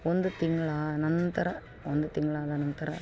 ಒಂದು ತಿಂಗಳ ಆ ನಂತರ ಒಂದು ತಿಂಗಳಾದ ನಂತರ